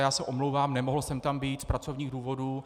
Já se omlouvám, nemohl jsem tam být z pracovních důvodů.